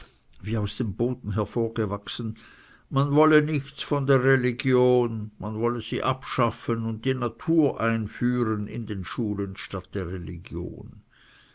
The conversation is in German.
wie aus dem boden hervorgewachsen man wolle nichts von der religion man wolle sie abschaffen und die natur einführen in den schulen statt der religion